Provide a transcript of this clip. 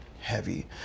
heavy